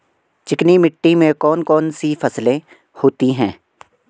चिकनी मिट्टी में कौन कौन सी फसलें होती हैं?